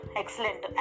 excellent